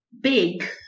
big